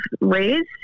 raised